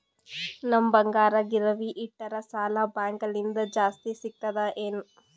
ನಮ್ ಬಂಗಾರ ಗಿರವಿ ಇಟ್ಟರ ಸಾಲ ಬ್ಯಾಂಕ ಲಿಂದ ಜಾಸ್ತಿ ಸಿಗ್ತದಾ ಏನ್?